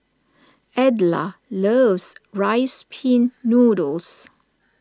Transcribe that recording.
Edla loves Rice Pin Noodles